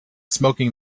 smoking